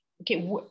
okay